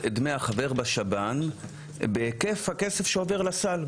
את דמי החבר בשב"ן בהיקף הכסף שעובר לסל,